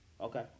Okay